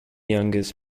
youngest